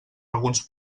alguns